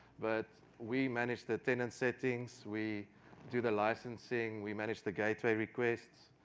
but we manage the tenant settings, we do the licensing, we manage the gateway requests,